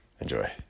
Enjoy